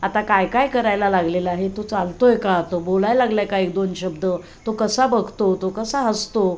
आता काय काय करायला लागलेला आहे तो चालतो आहे का तो बोलाय लागला आहे का एक दोन शब्द तो कसा बघतो तो कसा हसतो